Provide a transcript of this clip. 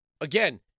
Again